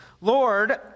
Lord